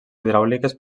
hidràuliques